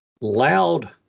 loud